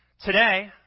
Today